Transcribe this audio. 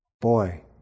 Boy